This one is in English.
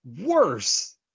worse